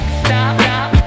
stop